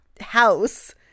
house